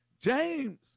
James